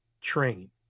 train